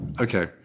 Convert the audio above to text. Okay